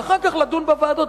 ואחר כך לדון בוועדות,